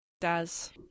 Daz